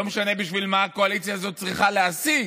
לא משנה מה הקואליציה הזאת צריכה להשיג,